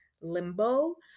limbo